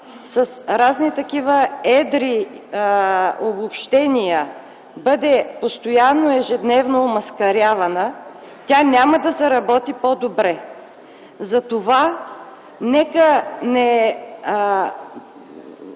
с разни такива едри обобщения бъде постоянно, ежедневно омаскарявана, тя няма да заработи по-добре. Затова нека не